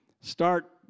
Start